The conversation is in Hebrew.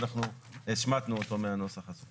אנחנו השמטנו אותו מהנוסח הסופי.